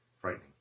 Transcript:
frightening